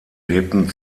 lebten